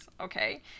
Okay